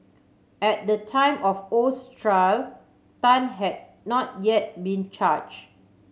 at the time of Oh's trial Tan had not yet been charge